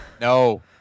no